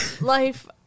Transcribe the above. Life